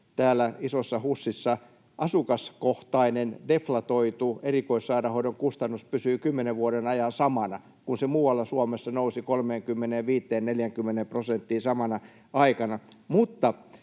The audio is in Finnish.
täällä isossa HUSissa asukaskohtainen deflatoitu erikoissairaanhoidon kustannus pysyi kymmenen vuoden ajan samana, kun se muualla Suomessa nousi 35—40 prosenttiin samana aikana?